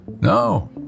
no